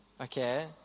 okay